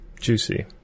Juicy